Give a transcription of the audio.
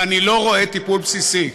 ואני לא רואה תיקון בסיסי.